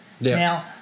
Now